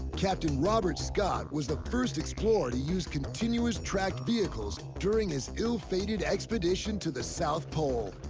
captain robert scott was the first explorer to use continuous-tracked vehicles during his ill-fated expedition to the south pole.